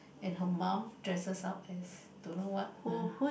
and her mom dresses up as don't know what ah